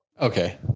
Okay